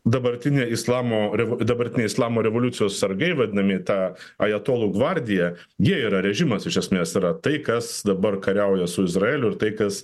dabartinė islamo revo dabartinė islamo revoliucijos sargai vadinami tą ajatolų gvardija jie yra režimas iš esmės yra tai kas dabar kariauja su izraeliu ir tai kas